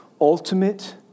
ultimate